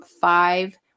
five